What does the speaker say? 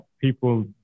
people